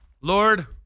Lord